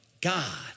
God